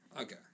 Okay